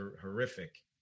horrific